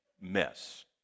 mess